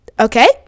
Okay